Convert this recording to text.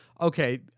okay